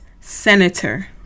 senator